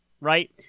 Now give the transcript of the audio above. right